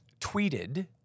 tweeted